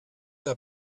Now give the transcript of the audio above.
der